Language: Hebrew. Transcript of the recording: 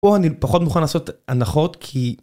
פה אני פחות מוכן לעשות הנחות כי.